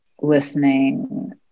listening